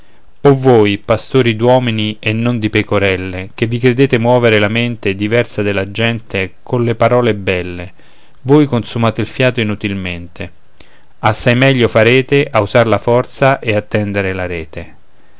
o voi pastori d'uomini e non di pecorelle che vi credete muovere la mente diversa della gente colle parole belle voi consumate il fiato inutilmente assai meglio farete a usar la forza e a tendere la rete